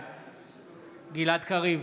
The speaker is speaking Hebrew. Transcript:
בעד גלעד קריב,